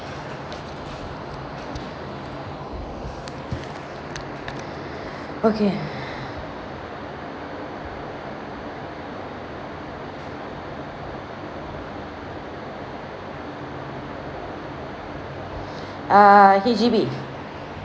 okay err H_D_B